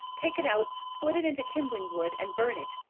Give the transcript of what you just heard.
take it out, split it into kindling wood, and burn it.